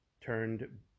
turned